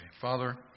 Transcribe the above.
Father